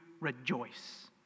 rejoice